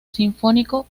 sinfónico